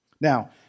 Now